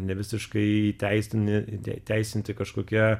nevisiškai įteisini įt įteisinti kažkokie